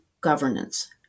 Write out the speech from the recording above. governance